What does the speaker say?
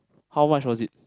how much was it